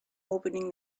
opening